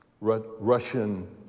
Russian